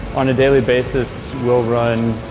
on a daily basis, we'll run